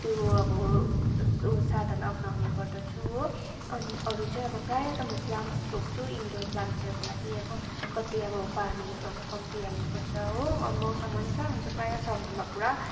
त्यो अब साधन अपनाउने गर्दछु हो अनि अरू चाहिँ अब प्रायः त म प्लान्ट्स रोप्छु इनडुवर प्लान्टहरूको लागि अब कति अब पानीहरू अब कम्ती हाल्नुपर्छ हो अब मौसम अनुसार हुन्छ प्रायः समरमा पुरा